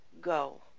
go